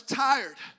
tired